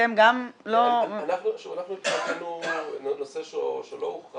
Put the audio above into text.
אתם גם לא -- מבחינתנו נושא שלא הוכרע